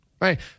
right